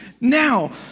Now